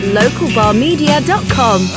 localbarmedia.com